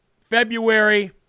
February